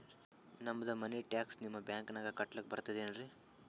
ನಮ್ದು money tax ನಿಮ್ಮ ಬ್ಯಾಂಕಿನಾಗ ಕಟ್ಲಾಕ ಬರ್ತದೇನ್ರಿ?